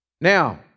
Now